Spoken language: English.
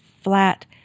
flat